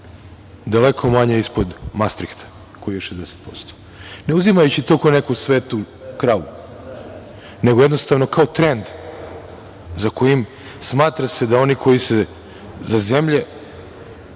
daleko manje ispod Mastrihta koji je 60%. Ne uzimajući to ko neku svetu kravu, nego jednostavno kao trend kojim se smatra zemlje